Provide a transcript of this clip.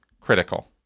critical